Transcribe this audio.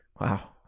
Wow